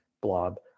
blob